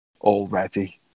already